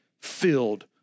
filled